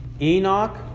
Enoch